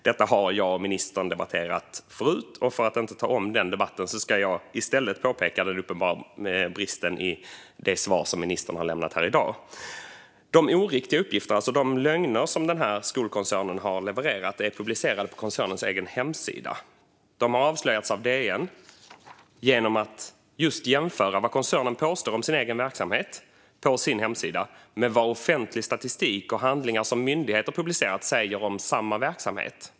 Detta har jag och ministern debatterat förut, och för att inte ta om den debatten ska jag i stället påpeka den uppenbara bristen i det svar som ministern har lämnat här i dag. De oriktiga uppgifter, det vill säga de lögner, som denna skolkoncern har levererat är publicerade på koncernens egen hemsida. De har avslöjats av DN genom en jämförelse mellan det som koncernen påstår om sin verksamhet på sin egen hemsida och det som offentlig statistik och handlingar som myndigheter publicerat säger om samma verksamhet.